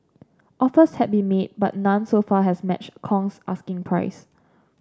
offers have been made but none so far has matched Kong's asking price